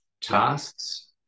tasks